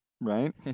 Right